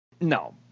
No